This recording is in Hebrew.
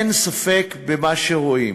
אין ספק במה שרואים.